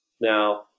Now